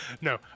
No